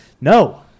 no